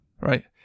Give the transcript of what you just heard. right